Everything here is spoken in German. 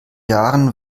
jahren